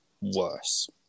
worse